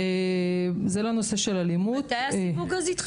מתי התחיל הסיווג?